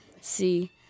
See